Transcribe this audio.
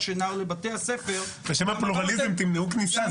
שנהר לבתי הספר --- בשם הפלורליזם תמנעו כניסה.